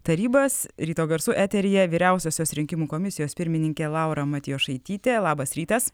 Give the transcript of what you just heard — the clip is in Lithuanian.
tarybas ryto garsų eteryje vyriausiosios rinkimų komisijos pirmininkė laura matjošaitytė labas rytas